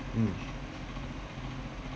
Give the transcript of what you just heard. mm